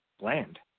land